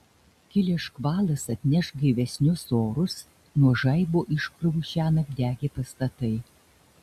kilęs škvalas atneš gaivesnius orus nuo žaibo iškrovų šiąnakt degė pastatai